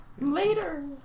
Later